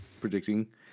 predicting